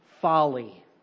folly